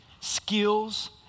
skills